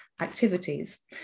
activities